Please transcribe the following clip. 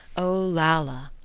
olalla!